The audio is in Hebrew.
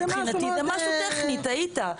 זה משהו טכני, טעית.